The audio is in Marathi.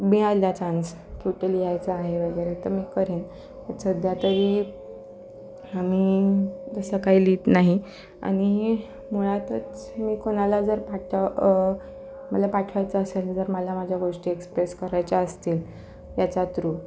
मिळाला चान्स की ते लिहायचं आहे वगैरे तर मी करेन सध्या तरी आम्ही तसं काही लिहित नाही आणि मुळातच मी कोणाला जर पाठव मला पाठवायचं असेल जर मला माझ्या गोष्टी एक्सप्रेस करायच्या असतील याच्या थ्रू